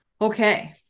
okay